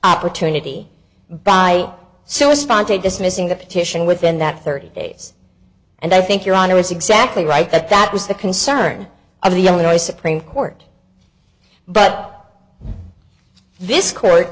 opportunity by so responded dismissing the petition within that thirty days and i think your honor is exactly right that that was the concern of the illinois supreme court but this court